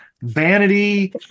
vanity